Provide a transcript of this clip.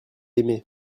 aimée